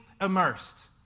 immersed